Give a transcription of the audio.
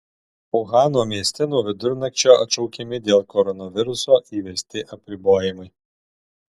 uhano mieste nuo vidurnakčio atšaukiami dėl koronaviruso įvesti apribojimai